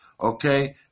okay